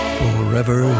forever